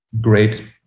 great